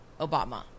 Obama